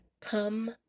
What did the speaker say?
Come